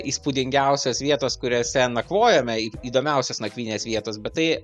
įspūdingiausios vietos kuriose nakvojome įdomiausios nakvynės vietos bet tai